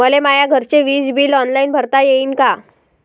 मले माया घरचे विज बिल ऑनलाईन भरता येईन का?